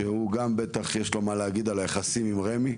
שגם בטח יש לו מה להגיד על היחסים עם רמ"י,